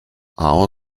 our